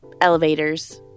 elevators